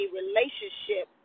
relationship